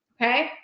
okay